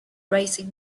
racing